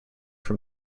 from